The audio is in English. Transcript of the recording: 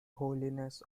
holiness